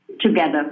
together